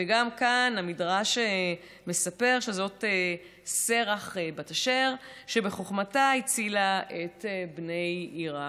וגם כאן המדרש מספר שזו שרח בת אשר שבחוכמתה הצילה את בני העיר.